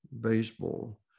baseball